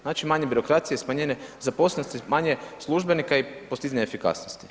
Znači manje birokracije i smanjenje zaposlenosti, manje službenika i postizanje efikasnosti.